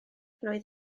roedd